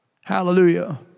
Hallelujah